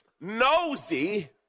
nosy